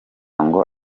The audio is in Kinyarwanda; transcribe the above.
ngo